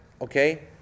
okay